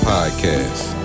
Podcast